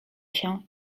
się